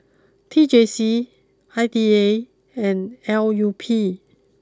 T J C I D A and L U P